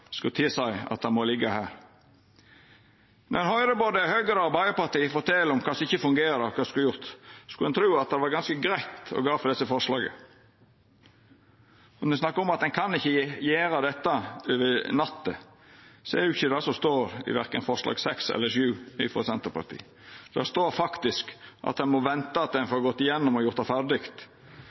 at det må liggja her. Når ein høyrer både Høgre og Arbeidarpartiet fortelja om kva som ikkje fungerer, og kva som skulle vore gjort, skulle ein tru det var ganske greitt å gå for desse forslaga. Når ein snakkar om at ein kan ikkje gjera dette over natta, er det ikkje det som står verken i forslag nr. 6 eller 7, frå Senterpartiet. Det står faktisk at ein må venta til ein får gått igjennom og gjort det ferdig,